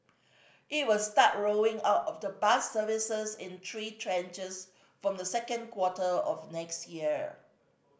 it will start rolling out of the bus services in three tranches from the second quarter of next year